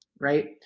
Right